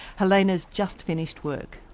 helena has just finished work.